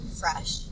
fresh